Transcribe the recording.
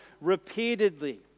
repeatedly